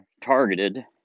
targeted